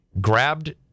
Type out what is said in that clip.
grabbed